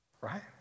right